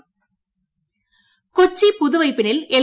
കൊച്ചി പുതുവൈപ്പിൻ കൊച്ചി പുതുവൈപ്പിനിൽ എൽ